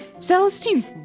Celestine